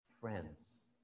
friends